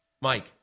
Mike